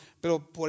Pero